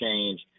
change